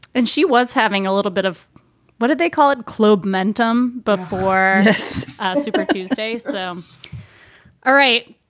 and she was having a little bit of what did they call it, club mentum before this ah super tuesday. so all right.